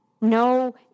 No